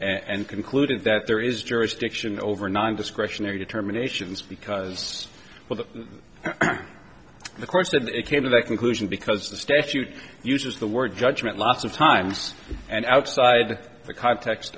and concluded that there is jurisdiction over non discretionary determinations because of the the course and it came to that conclusion because the statute uses the word judgment lots of time and outside the context